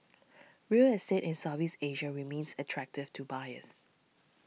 real estate in Southeast Asia remains attractive to buyers